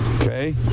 okay